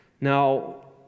Now